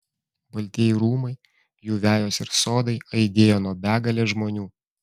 baltieji rūmai jų vejos ir sodai aidėjo nuo begalės žmonių